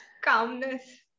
calmness